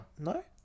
No